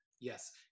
Yes